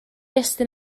estyn